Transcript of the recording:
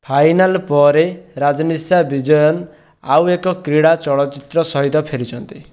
final ପରେ ରଜନୀଶା ବିଜୟନ୍ ଆଉ ଏକ କ୍ରୀଡା ଚଳଚ୍ଚିତ୍ର ସହିତ ଫେରିଛନ୍ତି